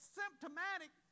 symptomatic